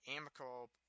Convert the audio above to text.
amicable